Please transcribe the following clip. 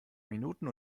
minuten